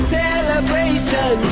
celebration